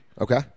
Okay